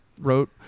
wrote